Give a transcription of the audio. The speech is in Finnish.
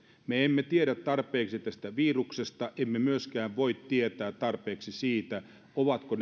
me emme tiedä tarpeeksi tästä viruksesta emmekä myöskään voi tietää tarpeeksi siitä ovatko